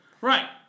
Right